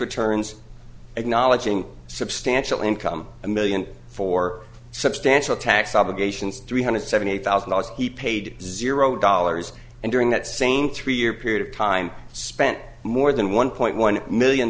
returns acknowledging substantial income a million for substantial tax obligations three hundred seventy thousand dollars he paid zero dollars and during that same three year period of time spent more than one point one million